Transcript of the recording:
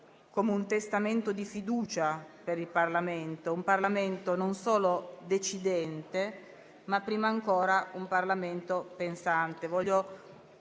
come un testamento di fiducia per il Parlamento; un Parlamento non solo decidente, ma, prima ancora, un Parlamento pensante.